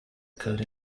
occurred